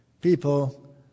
People